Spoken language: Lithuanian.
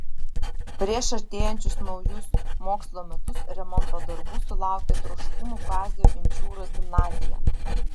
prieš artėjančius naujus mokslo metus remonto darbų sulaukė troškūnų kazio inčiūros gimnazija